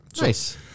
Nice